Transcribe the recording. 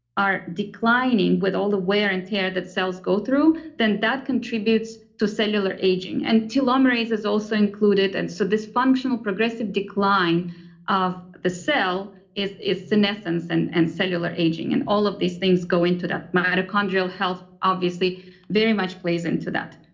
are declining with all the wear and tear that cells go through, then that contributes to cellular aging, and telomerase is also included. and so this functional, progressive decline of the cell is is senescence and and cellular aging. and all of these things go into that. mitochondrial health obviously very much plays into that